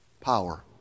power